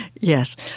Yes